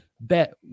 bet